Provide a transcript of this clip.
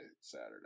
Saturday